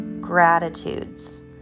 gratitudes